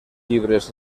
llibres